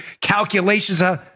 calculations